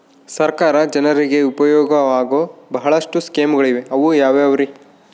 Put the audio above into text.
ಸರ್ಕಾರ ಜನರಿಗೆ ಉಪಯೋಗವಾಗೋ ಬಹಳಷ್ಟು ಸ್ಕೇಮುಗಳಿವೆ ಅವು ಯಾವ್ಯಾವ್ರಿ?